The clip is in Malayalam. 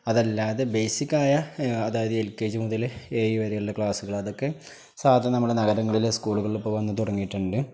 അതല്ലാതെ ബേസിക്ക് ആയ അതായത് എൽ കെ ജി മുതൽ ഏഴ് വരെയുള്ള ക്ലാസ്സുകൾ അതൊക്കെ സാധാരണ നമ്മുടെ നഗരങ്ങളിലെ സ്കൂളുകളിൽ പോകാമെന്ന് തുടങ്ങിയിട്ടുണ്ട്